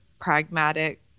pragmatic